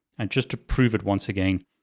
and just to prove it once again,